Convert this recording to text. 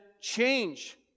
change